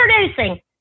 Introducing